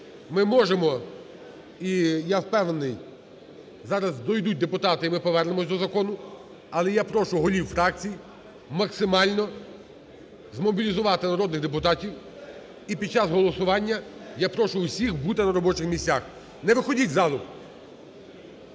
Ми можемо і я впевнений зараз дійдуть депутати і ми повернемося до закону. Але я прошу голів фракцій максимально змобілізувати народних депутатів і під час голосування я прошу усіх бути на робочих місцях, не виходіть із залу.